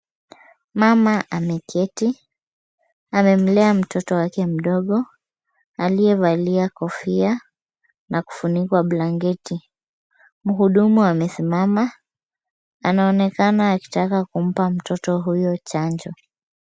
Mama ameketi amemlea mtoto wake ndogo aliyevalia kofia na kufunikwa blanketi. Mhudumu amesimama anaonekana akitaka kumpa mtoto huyo chanjo.